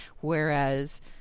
whereas